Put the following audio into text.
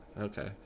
Okay